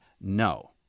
No